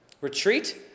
Retreat